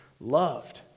loved